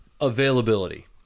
availability